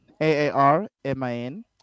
A-A-R-M-I-N